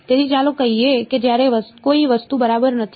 તેથી ચાલો કહીએ કે જ્યારે કોઈ વસ્તુ બરાબર નથી